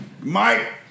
Mike